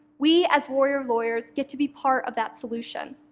we, as warrior lawyers, get to be part of that solution.